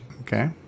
Okay